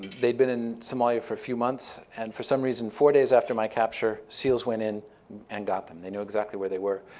they'd been in somalia for a few months. and for some reason, four days after my capture, seals went in and got them. they knew exactly where they were.